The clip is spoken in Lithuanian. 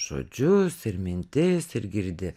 žodžius ir mintis ir girdi